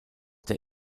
der